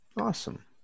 Awesome